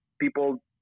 people